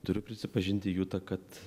turiu prisipažinti juta kad